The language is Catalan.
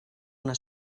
una